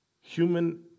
human